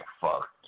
fuck